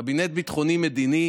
לקבינט הביטחוני-מדיני